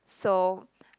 so